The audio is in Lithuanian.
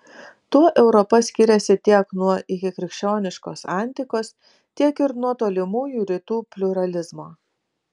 tuo europa skiriasi tiek nuo ikikrikščioniškos antikos tiek ir nuo tolimųjų rytų pliuralizmo